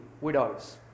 widows